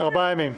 אף אם פחתה",